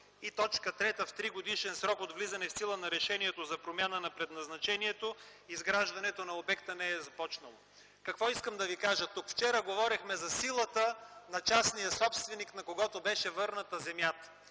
и т. 3 – в тригодишен срок от влизане в сила на решението за промяна на предназначението, изграждането на обекта не е започнало. Какво искам да ви кажа тук? Вчера говорихме за силата на частния собственик, на когото беше върната земята.